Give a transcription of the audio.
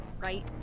right